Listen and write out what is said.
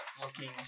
looking